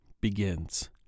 begins